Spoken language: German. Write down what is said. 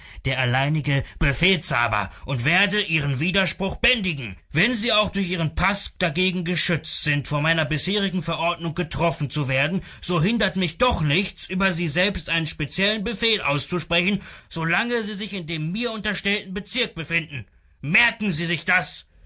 der alleinige befehlshaber und werde ihren widerspruch bändigen wenn sie auch durch ihren paß dagegen geschützt sind von meiner bisherigen verordnung getroffen zu werden so hindert mich doch nichts über sie selbst einen speziellen befehl auszusprechen so lange sie sich in dem mir unterstellten bezirk befinden merken sie sich das